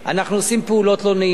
אנחנו עושים פעולות לא נעימות,